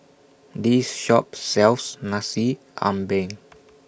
This Shop sells Nasi Ambeng